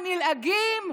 הנלעגים,